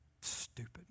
stupid